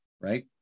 right